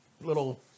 little